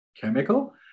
chemical